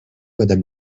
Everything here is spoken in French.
madame